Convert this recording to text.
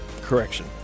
Correction